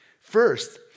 First